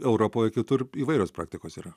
europoj kitur įvairios praktikos yra